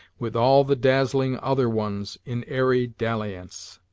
with all the dazzling other ones, in airy dalliance,